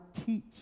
teach